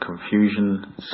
confusion